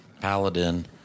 Paladin